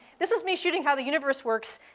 this is me shooting how the universe works.